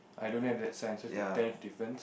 I don't have that sign so is the tenth different